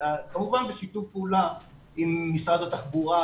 כמובן בשיתוף פעולה עם משרד התחבורה,